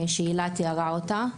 הילה תיארה אותה.